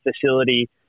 facility